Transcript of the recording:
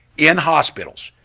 in hospitals.